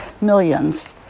millions